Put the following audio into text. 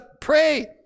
pray